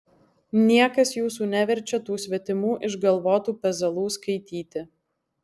niekas jūsų neverčia tų svetimų išgalvotų pezalų skaityti